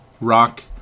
Rock